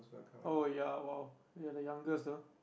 oh ya !wow! you're the youngest though